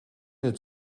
het